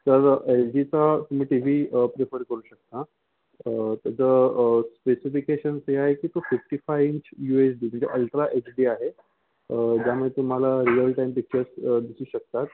तर एल जीचा तुम्ही टी वी प्रेफर करू शकता त्याचं स्पेसिफिकेशन्स हे आहे की तो fifty five inch U H D म्हणजे अल्ट्रा एच डी हे ज्यामुळे तुम्हाला रिअल टाईम पिक्चर्स दिसू शकतात